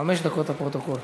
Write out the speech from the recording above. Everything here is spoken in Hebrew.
חמש דקות לפרוטוקול.